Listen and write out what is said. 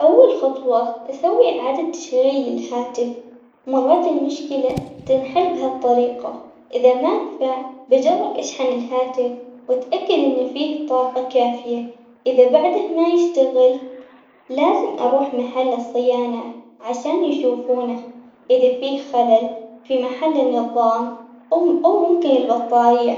أول خطوة أسوي إعادة تشغيل للهاتف مرات المشكلة تنحل بهالطريقة، إذا ما نفع بجرب أشحن الهاتف وأتاكد إنه فيه طاقة كافية، إذا بعده ما يشتغل لازم أروح محل الصيانة عشان يشوفونه، إذا فيه خلل في محل النظام أم- أو ممكن البطارية.